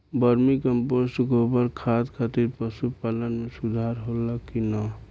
Vermi compost गोबर खाद खातिर पशु पालन में सुधार होला कि न?